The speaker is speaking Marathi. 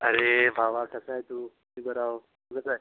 अरे भावा कसा आहे तू तुझं गाव कसं आहे